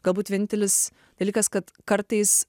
galbūt vienintelis dalykas kad kartais